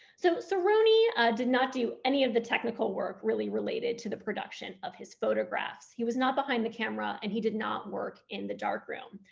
so sarony ah did not do any of the technical work really related to the production of his photographs. he was not behind the camera and he did not work in the dark room.